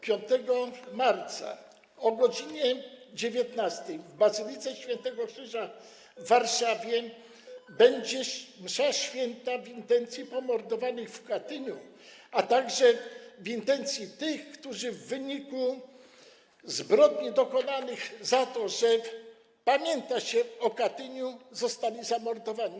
5 marca o godz. 19 w bazylice św. Krzyża w Warszawie odbędzie się msza św. w intencji pomordowanych w Katyniu, a także w intencji tych, którzy w wyniku zbrodni dokonanych za to, że pamięta się o Katyniu, zostali zamordowani.